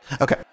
Okay